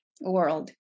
world